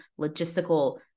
logistical